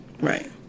Right